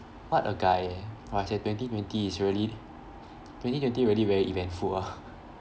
what a guy eh !wahseh! twenty twenty is really twenty twenty really very eventful ah